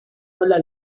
ola